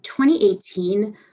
2018